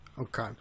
Okay